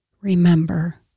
Remember